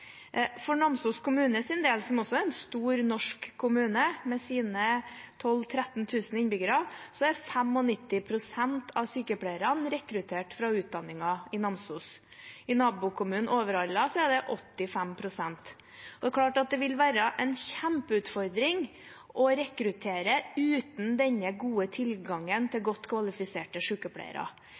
For Namsos kommunes del, som er en stor norsk kommune med sine 12 000–13 000 innbyggere, er 95 pst. av sykepleierne rekruttert fra utdanningen i Namsos. I nabokommunen Overhalla er det 85 pst. Det er klart at det vil være en kjempeutfordring å rekruttere uten denne gode tilgangen til godt kvalifiserte